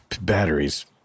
batteries